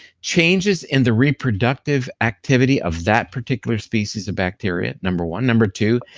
changes in the reproductive activity of that particular species of bacteria, number one. number two,